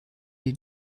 den